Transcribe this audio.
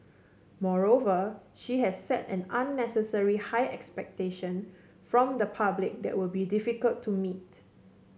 moreover she has set an unnecessary high expectation from the public that would be difficult to meet